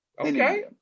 okay